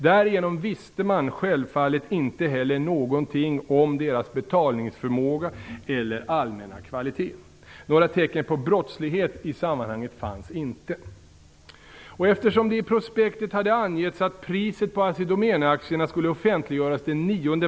Därigenom visste man självfallet inte heller något om deras betalningsförmåga eller allmänna kvalitet. Några tecken på brottslighet i sammanhanget fanns inte.